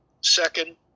Second